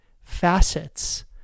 facets